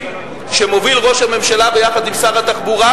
שמוביל ראש הממשלה יחד עם שר התחבורה,